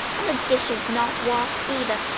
and the dishes not washed, either!